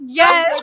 yes